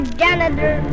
janitor